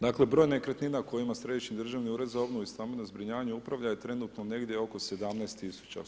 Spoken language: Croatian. Dakle, broj nekretnina koji ima Središnji državni ured za obnovu i stambeno zbrinjavanje upravlja trenutno negdje oko 17 000.